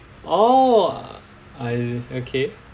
orh I okay